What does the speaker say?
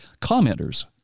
commenters